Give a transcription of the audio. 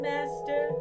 Master